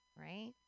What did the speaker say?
right